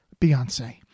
Beyonce